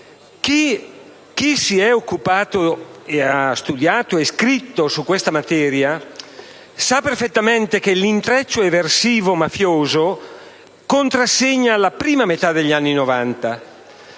Chi si è occupato e ha studiato e scritto su questa materia sa perfettamente che l'intreccio eversivo-mafioso contrassegna la prima metà degli anni Novanta.